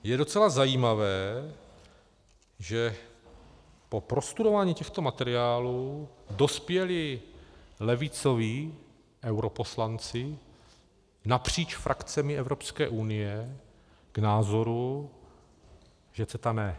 Je docela zajímavé, že po prostudování těchto materiálů dospěli levicoví europoslanci napříč frakcemi Evropské unie k názoru, že CETA ne.